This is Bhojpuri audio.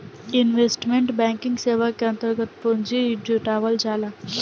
इन्वेस्टमेंट बैंकिंग सेवा के अंतर्गत पूंजी जुटावल जाला